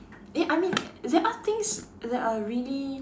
eh I mean there are things that are really